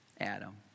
Adam